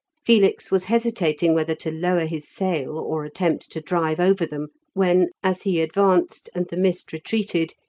felix was hesitating whether to lower his sail or attempt to drive over them, when, as he advanced and the mist retreated,